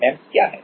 MEMS क्या है